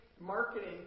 marketing